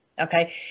Okay